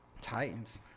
Titans